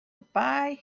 buy